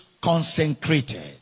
consecrated